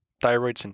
Thyroid